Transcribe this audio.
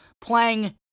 playing